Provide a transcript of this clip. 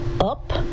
up